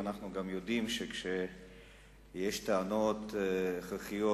ואנחנו גם יודעים שכשיש טענות הכרחיות,